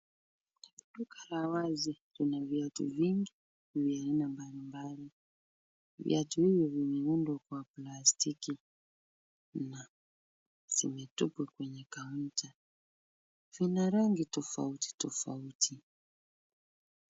Duka la wazi. Kuna viatu vingi vya aina mbali mbali. Viatu hivyo vimeundwa kwa plastiki. Na zimetupwa kwenye kaunta. Vinarangi tofauti tofauti.